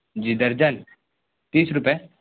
جی درجن تیس روپے